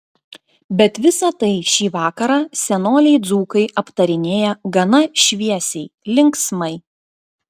bet visa tai šį vakarą senoliai dzūkai aptarinėja gana šviesiai linksmai